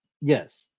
Yes